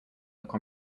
table